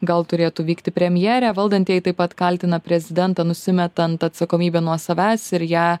gal turėtų vykti premjerė valdantieji taip pat kaltina prezidentą nusimetant atsakomybę nuo savęs ir ją